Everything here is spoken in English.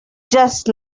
just